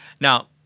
Now